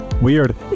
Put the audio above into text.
Weird